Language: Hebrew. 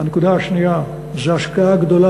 הנקודה השנייה היא ההשקעה הגדולה